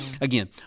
Again